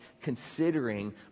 considering